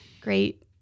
great